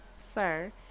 sir